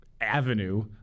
avenue